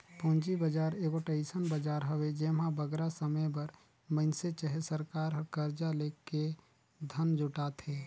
पूंजी बजार एगोट अइसन बजार हवे जेम्हां बगरा समे बर मइनसे चहे सरकार हर करजा लेके धन जुटाथे